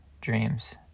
dreams